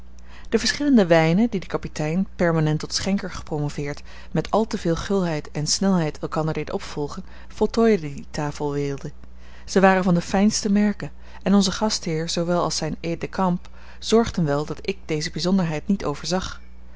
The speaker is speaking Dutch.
de verschillende wijnen die de kapitein permanent tot schenker gepromoveerd met al te veel gulheid en snelheid elkander deed opvolgen voltooide die tafelweelde zij waren van de fijnste merken en onze gastheer zoowel als zijn aide de camp zorgden wel dat ik deze bijzonderheid niet overzag